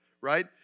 right